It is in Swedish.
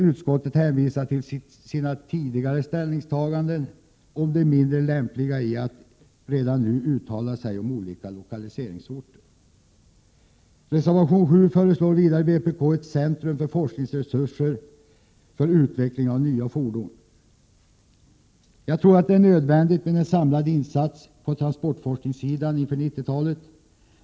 Utskottet vill hänvisa till sina tidigare ställningstaganden om det mindre lämpliga i att nu uttala sig om olika lokaliseringsorter. I reservation 7 föreslår vpk vidare ett centrum med forskningsresurser för utveckling av nya fordon. Jag tror att det är nödvändigt med en samlad insats på transportforskningssidan inför 90-talet.